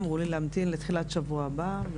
אמרו לי להמתין לתחילת שבוע הבא.